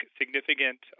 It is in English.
significant